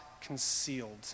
concealed